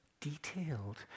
detailed